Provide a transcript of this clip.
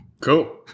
Cool